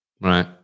Right